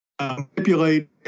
Manipulate